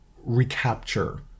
recapture